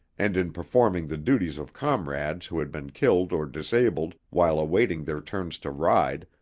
and in performing the duties of comrades who had been killed or disabled while awaiting their turns to ride,